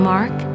Mark